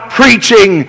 preaching